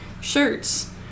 shirts